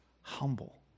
humble